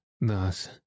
thus